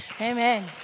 Amen